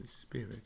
Spirit